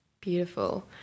Beautiful